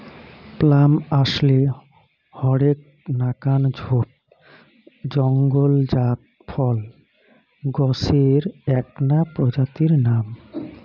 plum আশলে হরেক নাকান ঝোপ জঙলজাত ফল গছের এ্যাকনা প্রজাতির নাম